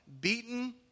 beaten